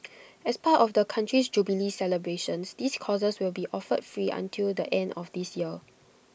as part of the country's jubilee celebrations these courses will be offered free until the end of this year